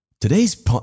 Today's